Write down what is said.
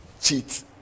cheat